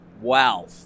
wow